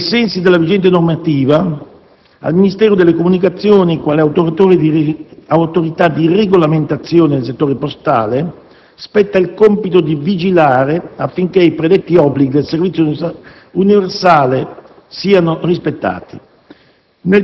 Ai sensi della vigente normativa, al Ministero delle comunicazioni, quale Autorità di regolamentazione del settore postale, spetta il compito di vigilare affinché i predetti obblighi del servizio universale siano rispettati.